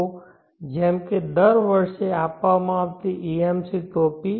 તો જેમ કે દર વર્ષે આપવામાં આવતી AMC ટોપી